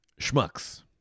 Schmucks